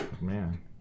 Man